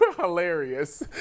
Hilarious